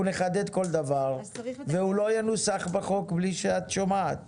נחדד כל דבר והוא לא ינוסח בחוק בלי שאת שומעת.